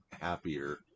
happier